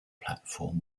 platform